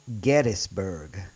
Gettysburg